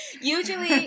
Usually